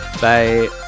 bye